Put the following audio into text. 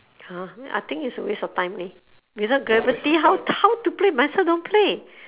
!huh! I think it's a waste of time leh without gravity how how to play might as well don't play